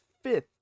fifth